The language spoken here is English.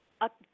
up